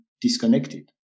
disconnected